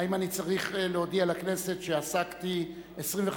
האם אני צריך להודיע לכנסת שעסקתי 25